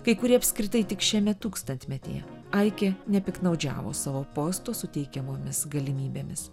kai kurie apskritai tik šiame tūkstantmetyje aikė nepiktnaudžiavo savo posto suteikiamomis galimybėmis